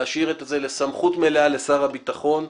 לסמכות מלאה לשר הביטחון,